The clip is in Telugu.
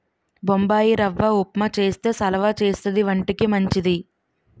బొంబాయిరవ్వ ఉప్మా చేస్తే సలవా చేస్తది వంటికి మంచిది